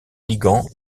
ligand